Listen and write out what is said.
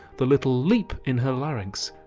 the little leap in her larynx,